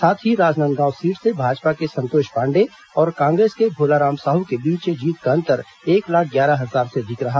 साथ ही राजनांदगांव सीट से भाजपा के संतोष पांडेय और कांग्रेस के भोलाराम साहू के बीच जीत का अंतर एक लाख ग्यारह हजार से अधिक रहा